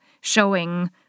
showing